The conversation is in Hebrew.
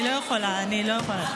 אני לא יכולה, אני לא יכולה.